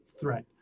threat